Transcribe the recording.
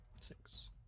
Six